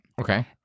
Okay